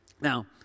now